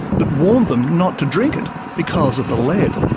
but warned them not to drink it because of the lead.